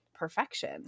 Perfection